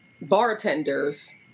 bartenders